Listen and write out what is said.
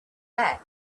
back